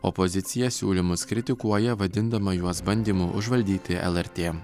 opozicija siūlymus kritikuoja vadindama juos bandymu užvaldyti lrt